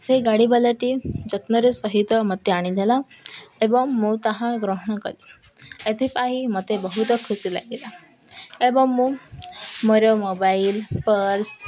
ସେ ଗାଡ଼ିବାଲାଟି ଯତ୍ନରେ ସହିତ ମୋତେ ଆଣିଦେଲା ଏବଂ ମୁଁ ତାହା ଗ୍ରହଣ କଲି ଏଥିପାଇଁ ମୋତେ ବହୁତ ଖୁସି ଲାଗିଲା ଏବଂ ମୁଁ ମୋର ମୋବାଇଲ୍ ପର୍ସ